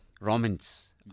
Romans